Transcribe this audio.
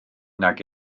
nag